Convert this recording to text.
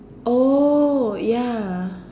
oh ya